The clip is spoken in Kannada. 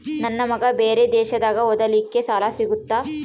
ನನ್ನ ಮಗ ಬೇರೆ ದೇಶದಾಗ ಓದಲಿಕ್ಕೆ ಸಾಲ ಸಿಗುತ್ತಾ?